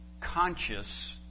conscious